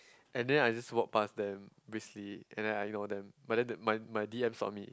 and then I just walk pass them briskly and then I know them but then my my D_M saw me